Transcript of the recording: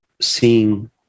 seeing